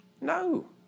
No